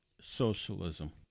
socialism